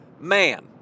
man